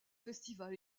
festival